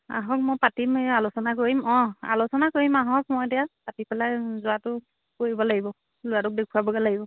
আহক মই পাতিম এই আলোচনা কৰিম অঁ আলোচনা কৰিম আহক মই এতিয়া পাতি পেলাই যোৱাতো কৰিব লাগিব ল'ৰাটোক দেখুৱাবগৈ লাগিব